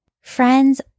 Friends